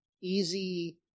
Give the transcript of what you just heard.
easy